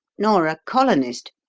nor a colonist?